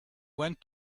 went